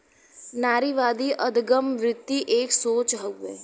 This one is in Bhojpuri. नारीवादी अदगम वृत्ति एक सोच हउए